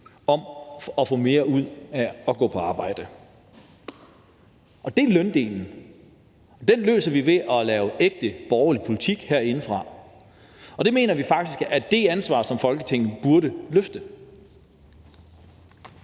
om at få mere ud af at gå på arbejde. Det er løndelen. Den løser vi ved at lave ægte borgerlig politik herindefra, og det mener vi faktisk er det ansvar, som Folketinget burde løfte.